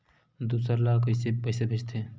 दूसरा ला कइसे पईसा भेजथे?